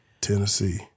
Tennessee